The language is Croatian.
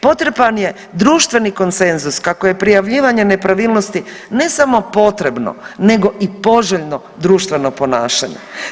Potreban je društveni konsenzus kako je prijavljivanje nepravilnosti ne samo potrebno nego i poželjno društveno ponašanje.